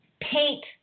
paint